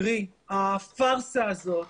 הפרסה הזאת,